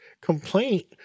complaint